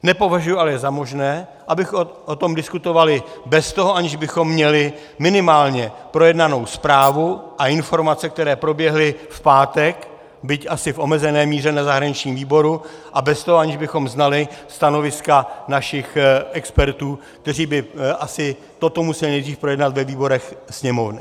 Nepovažuji ale za možné, abychom o tom diskutovali, aniž bychom měli minimálně projednanou zprávu a informace, které proběhly v pátek, byť asi v omezené míře na zahraničním výboru, a aniž bychom znali stanoviska našich expertů, kteří by asi toto museli nejdřív projednat ve výborech Sněmovny.